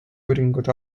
uuringut